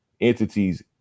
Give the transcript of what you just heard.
entities